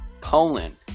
Poland